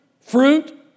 Fruit